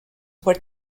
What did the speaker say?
were